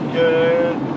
good